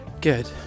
Good